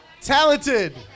talented